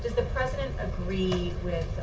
does the president agree with